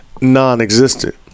non-existent